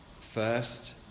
First